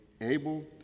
able